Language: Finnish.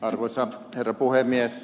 arvoisa herra puhemies